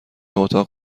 اتاق